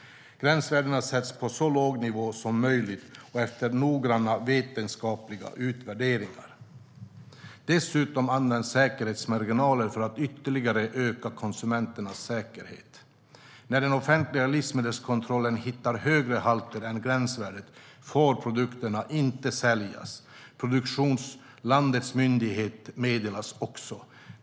Gränsvärdena sätts på så låg nivå som möjligt och efter noggranna vetenskapliga utvärderingar. Dessutom används säkerhetsmarginaler för att ytterligare öka konsumenternas säkerhet. När den offentliga livsmedelskontrollen hittar halter som överskrider gränsvärdet får produkterna inte säljas. Produktionslandets myndigheter meddelas också.